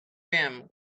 rim